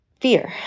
fear